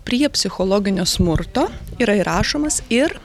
prie psichologinio smurto yra įrašomas ir